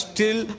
till